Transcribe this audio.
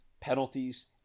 penalties